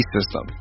System